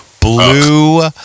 blue